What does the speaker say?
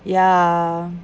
ya